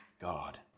God